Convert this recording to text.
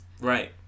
Right